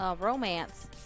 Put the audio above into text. romance